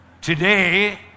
Today